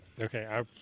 Okay